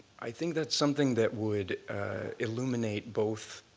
i think that's something that would illuminate both